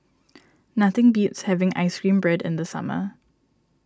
nothing beats having Ice Cream Bread in the summer